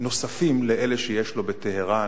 נוספים לאלה שיש לו בטהרן,